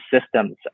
systems